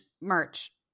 merch